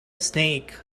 snake